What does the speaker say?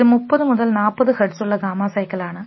ഇത് 30 40 ഹെർട്സ് ഉള്ള ഗാമ സൈക്കിളാണ്